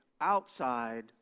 outside